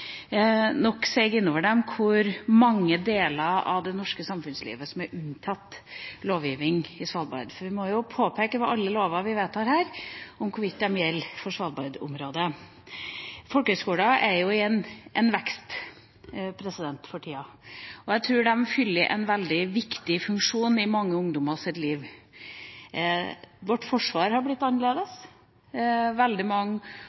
dem i hvor mange deler av det norske samfunnslivet Svalbard er unntatt lovgivning. I alle lover vi vedtar, må vi påpeke hvorvidt de gjelder for Svalbard-området. Folkehøyskoler er i vekst for tida, og jeg tror de fyller en veldig viktig funksjon i mange ungdommers liv. Vårt forsvar har blitt annerledes. Før brukte veldig mange